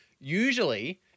usually